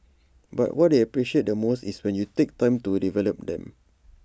but what they appreciate the most is when you take time to develop them